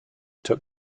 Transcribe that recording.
took